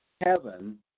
heaven